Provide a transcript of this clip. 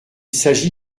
s’agit